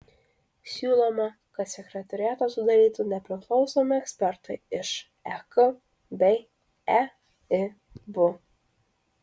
siūloma kad sekretoriatą sudarytų nepriklausomi ekspertai iš ek bei eib